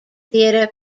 theatre